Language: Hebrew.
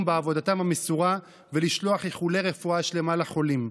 בעבודתם המסורה ולשלוח איחולי רפואה שלמה לחולים.